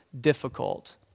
difficult